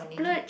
splurge